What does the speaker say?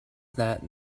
that